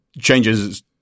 changes